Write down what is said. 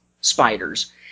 spiders